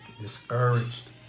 Discouraged